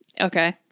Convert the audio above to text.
Okay